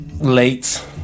Late